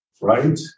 Right